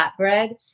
flatbread